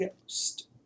Ghost